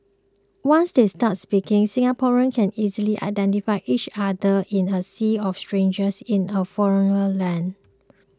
once they start speaking Singaporeans can easily identify each other in a sea of strangers in a foreigner land